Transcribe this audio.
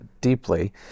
deeply